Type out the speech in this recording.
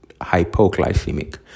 hypoglycemic